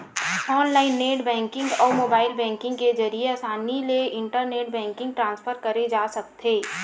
online net banking अउ mobile banking के जरिए असानी ले इंटर बेंकिंग ट्रांसफर करे जा सकत हे